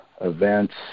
events